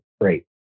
Great